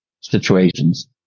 situations